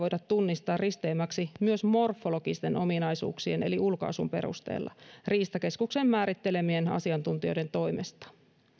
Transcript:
voida tunnistaa risteymiksi myös morfologisten ominaisuuksien eli ulkoasun perusteella riistakeskuksen määrittelemien asiantuntijoiden toimesta